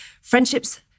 friendships